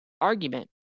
argument